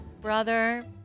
brother